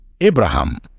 Abraham